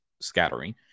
scattering